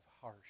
harsh